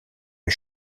est